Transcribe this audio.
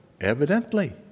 Evidently